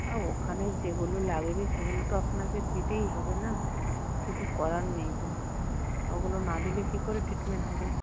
আর ওখানে যেগুলো লাগবে সেগুলো তো আপনাকে দিতেই হবে না কিছু করার নেই তো ওগুলো না দিলে কী করে ট্রিটমেন্ট হবে